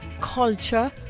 culture